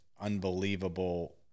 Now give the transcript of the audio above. unbelievable